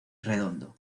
redondo